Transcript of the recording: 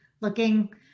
looking